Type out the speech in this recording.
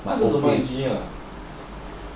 她是什么 engineer